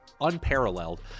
unparalleled